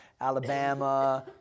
Alabama